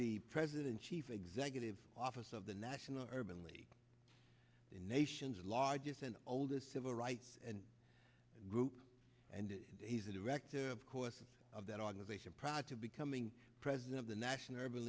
the president chief executive officer of the national urban league the nation's largest and oldest civil rights group and he's the director of course of that organization proud to becoming president of the national